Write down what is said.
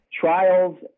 trials